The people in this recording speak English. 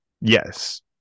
yes